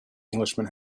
englishman